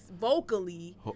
vocally